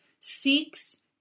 seeks